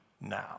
now